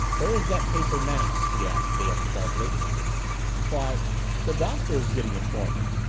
where is that paper, now? she asked dale sharply why the doctor is getting it for me.